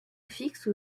fixe